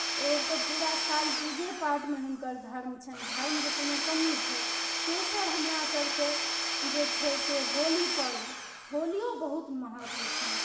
ओ तऽ पूरा साल पूजे पाठमे हुनकर धर्म छनि धर्मके कोनो कमी छै तेसर हमरासभके जे छै से होली पर्व होलीओ बहुत महत्व छनि